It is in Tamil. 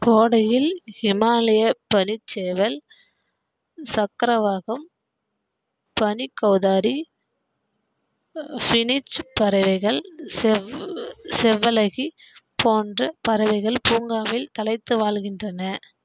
கோடையில் ஹிமாலய பனிச்சேவல் சக்ரவாகம் பனி கௌதாரி ஃபினிச் பறவைகள் செவ்வலகி போன்ற பறவைகள் பூங்காவில் தழைத்து வாழுகின்றன